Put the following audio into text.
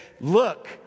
look